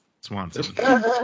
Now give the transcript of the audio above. Swanson